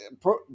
pro